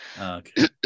Okay